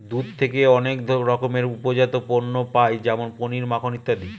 দুধ থেকে অনেক রকমের উপজাত পণ্য পায় যেমন পনির, মাখন ইত্যাদি